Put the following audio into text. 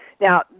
Now